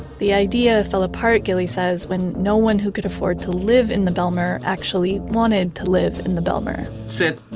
the idea fell apart, guilly says, when no one who could afford to live in the bijlmer actually wanted to live in the bijlmer they said,